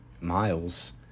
miles